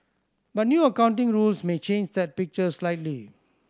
but new accounting rules may change that picture slightly